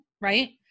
right